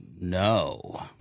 no